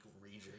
region